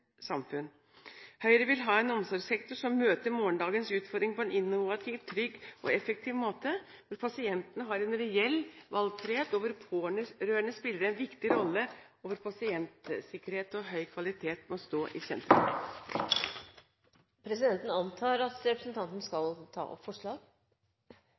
Høyre vil ha en omsorgssektor som møter morgendagens utfordringer på en innovativ, trygg og effektiv måte, hvor pasientene har en reell valgfrihet, hvor pårørende spiller en viktig rolle , og hvor pasientsikkerhet og høy kvalitet må stå i